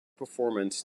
performance